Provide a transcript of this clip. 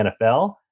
nfl